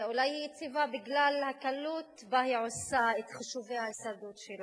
אולי היא יציבה בגלל הקלות שבה היא עושה את חישובי ההישרדות שלה.